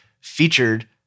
featured